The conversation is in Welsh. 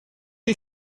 chi